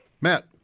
Matt